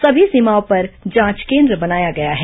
सभी सीमाओं पर जांच केन्द्र बनाया गया है